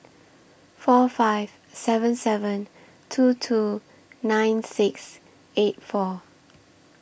four five seven seven two two nine six eight four